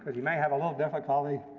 but he may have a little difficulty